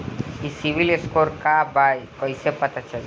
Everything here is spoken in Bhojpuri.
ई सिविल स्कोर का बा कइसे पता चली?